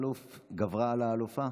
תת-אלוף גברה על האלופה?